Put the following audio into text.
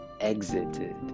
exited